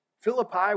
Philippi